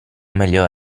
meglio